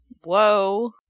Whoa